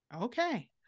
Okay